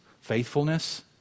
faithfulness